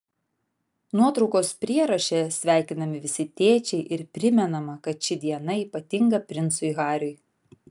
nuotraukos prieraše sveikinami visi tėčiai ir primenama kad ši diena ypatinga princui hariui